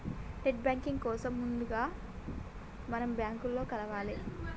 net banking కోసం ముందుగా మనం బ్యాంకులో కలవాలే